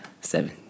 seven